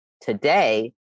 today